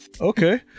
Okay